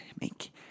make